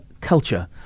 culture